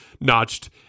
notched